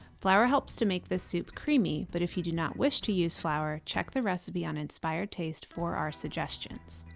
flour helps to make this soup creamy, but if you do not wish to use flour, check the recipe on inspired taste for our suggestions.